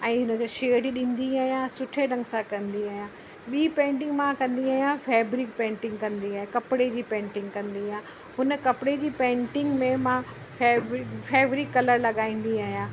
ऐं हुन खे शेड ॾींदी आहियां सुठे ढंग सां कंदी आहियां ॿी पेंटिंग मां कंदी आहियां फैबरिक पेंटिंग कंदी आहियां कपिड़े जी पेंटिंग कंदी आ हुन खे कपड़े जी पेंटिंग में मां फैबरिक फैबरिक कलर लॻाईंदी आहियां